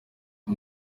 ati